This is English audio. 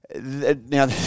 Now